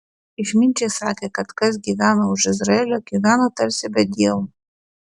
išminčiai sakė kad kas gyvena už izraelio gyvena tarsi be dievo